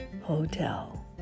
Hotel